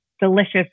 delicious